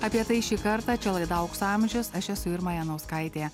apie tai šį kartą čia laida aukso amžius aš esu irma janauskaitė